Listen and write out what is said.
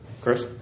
Chris